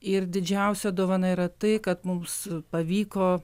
ir didžiausia dovana yra tai kad mums pavyko